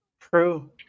True